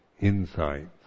insights